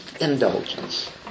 indulgence